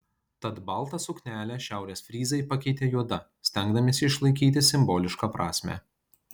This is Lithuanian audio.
tad baltą suknelę šiaurės fryzai pakeitė juoda stengdamiesi išlaikyti simbolišką prasmę